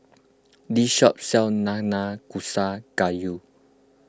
this shop sells Nanakusa Gayu